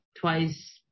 twice